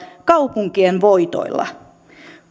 kaupunkien voitoilla